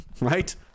right